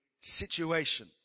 situation